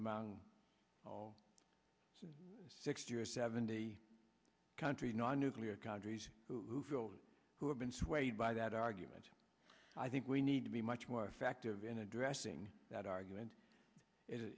among some sixty or seventy countries non nuclear countries who feel who have been swayed by that argument i think we need to be much more effective in addressing that argument i